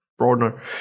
Broadner